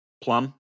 Plum